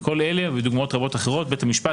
בכל אלה ובדוגמאות רבות אחרות בית המשפט